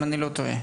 אם אני לא טועה,